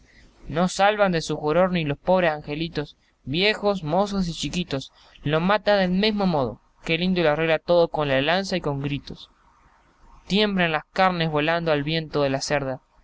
no salvan de su juror ni los pobres angelitos viejos mozos y chiquitos los mata del mesmo modo que el indio lo arregla todo con la lanza y con gritos tiemblan las carnes al verlo volando al viento la cerda